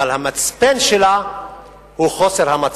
אבל המצפן שלה הוא חוסר המצפון.